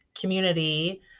community